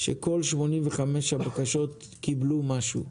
שכל 85 הבקשות קיבלו משהו,